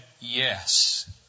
Yes